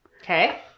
Okay